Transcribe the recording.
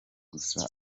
gusa